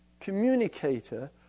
Communicator